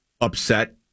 upset